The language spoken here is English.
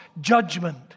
judgment